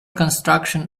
construction